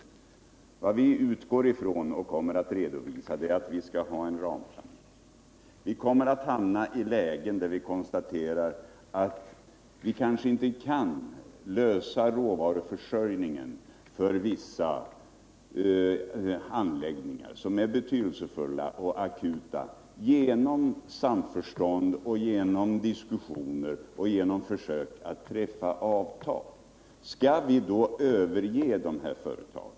Vad vi utgår ifrån och kommer att redovisa är att vi skall ha en ramplanering. Vi kommer att hamna i lägen där vi kanske inte kan klara råvaruförsörjningen för vissa betydelsefulla anläggningar genom samförstånd, diskussioner och försök att träffa avtal. Skall vi då överge dessa företag?